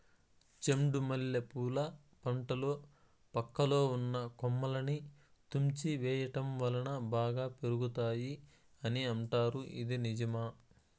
చెండు మల్లె పూల పంటలో పక్కలో ఉన్న కొమ్మలని తుంచి వేయటం వలన బాగా పెరుగుతాయి అని అంటారు ఇది నిజమా?